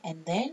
and then